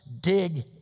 dig